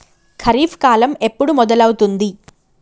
ఖరీఫ్ కాలం ఎప్పుడు మొదలవుతుంది?